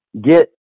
get